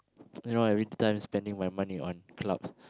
you know every time spending my money on clubs